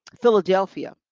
Philadelphia